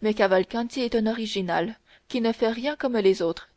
mais cavalcanti est un original qui ne fait rien comme les autres